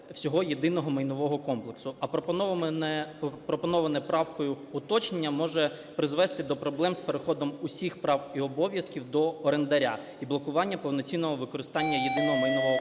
всього єдиного майнового комплексу. А пропоноване правкою уточнення може призвести до проблем з переходом усіх прав і обов'язків до орендаря і блокування повноцінного використання єдиного майнового комплексу.